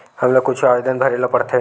हमला कुछु आवेदन भरेला पढ़थे?